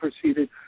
proceeded